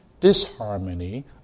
disharmony